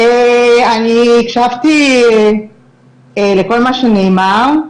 אני הקשבתי לכל מה שנאמר.